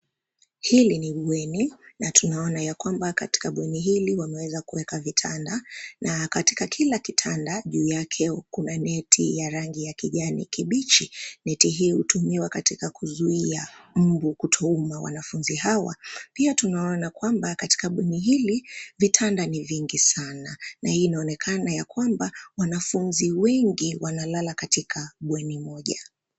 Hili ni bweni na tunaona ya kwamba , katika bweni hili wameweza kuweka vitanda na katika kila kitanda, juu yake kuna neti ya rangi ya kijani kibichi. Neti hiyo hutumiwa katika kuzuia mbu kutouma wanafunzi hawa. Pia tunaona kwamba katika bweni hili , vitanda ni vingi sana. Na hii inaonekana ya kwamba wanafunzi wengi wanalala katika bweni moja.